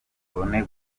mbone